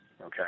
okay